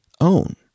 own